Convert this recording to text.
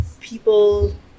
people